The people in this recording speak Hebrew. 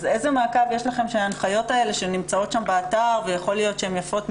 איזה מעקב יש לכם על ההנחיות שהן אכן מבוצעות?